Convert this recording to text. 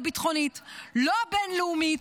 הבין-לאומית,